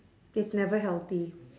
it's never healthy